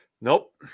Nope